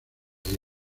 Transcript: isla